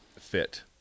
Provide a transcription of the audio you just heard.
Fit